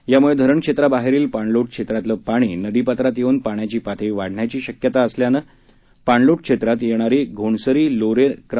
त्यामुळे धरणक्षेत्राबाहेरील पाणलोट क्षेत्रातल पाणी नदीपात्रात येऊन पाण्याची पातळी वाढण्याची शक्यता असल्यान पाणलोट क्षेत्रात येणाऱ्या घोणसरी लोरे नं